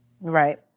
Right